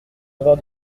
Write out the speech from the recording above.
avoir